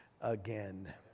again